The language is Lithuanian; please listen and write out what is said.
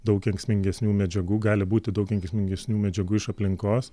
daug kenksmingesnių medžiagų gali būti daug kenksmingesnių medžiagų iš aplinkos